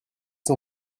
son